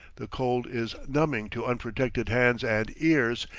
the cold is numbing to unprotected hands and ears,